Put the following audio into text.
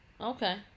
Okay